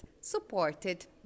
supported